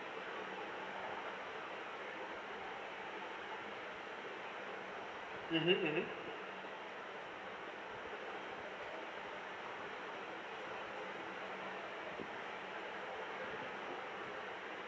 mmhmm mmhmm